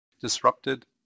disrupted